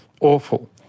awful